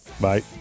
Bye